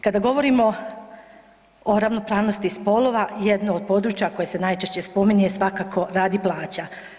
Kada govorimo o ravnopravnosti spolova jedno od područja koje se najčešće spominje je svakako rad i plaća.